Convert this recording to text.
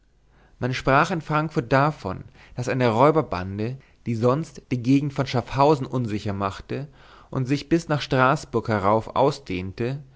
man sprach in frankfurt davon daß eine räuberbande die sonst die gegend von schaffhausen unsicher machte und sich bis nach straßburg herauf ausdehnte